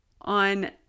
On